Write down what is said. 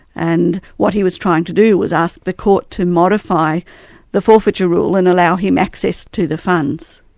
and what he was trying to do was ask the court to modify the forfeiture rule and allow him access to the funds.